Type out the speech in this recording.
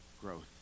growth